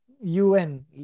UN